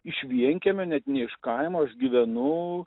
iš vienkiemio net ne iš kaimo aš gyvenu